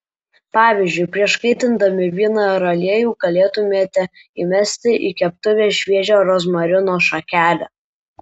pavyzdžiui prieš kaitindami vyną ir aliejų galėtumėte įmesti į keptuvę šviežią rozmarino šakelę